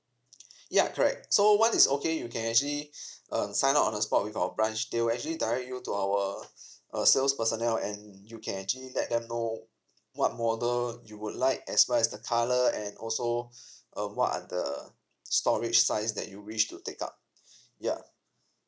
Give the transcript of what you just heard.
ya correct so once it's okay you can actually um sign up on the spot with our branch they'll actually direct you to our uh sales personnel and you can actually let them know what model you would like as well as the colour and also um what are the storage size that you wish to take up ya